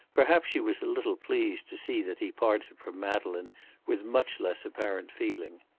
perhaps she was a little pleased to see that he parted from madeleine with much less apparent feeling.